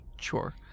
Sure